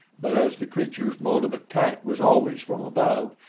but as the creature's mode of attack was always from above,